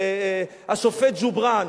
של השופט ג'ובראן.